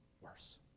worse